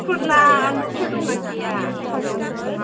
फोरला आलुफोर दंना गैया थारुनफोर